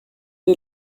est